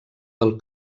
del